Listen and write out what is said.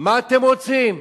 מה אתם רוצים,